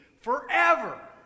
forever